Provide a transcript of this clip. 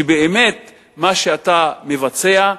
שבאמת מה שאתה מבצע,